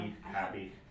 happy